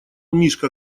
мишка